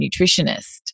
Nutritionist